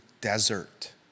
desert